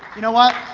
you know what,